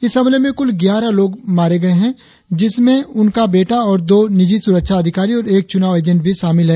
इस हमले में कुल ग्यारह लोग मारे गए है जिसमें उनका बेटा और दो निजी सुरक्षा अधिकारी और एक चुनाव एजेंट भी शामिल है